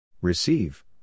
Receive